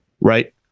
right